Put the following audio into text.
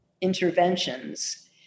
interventions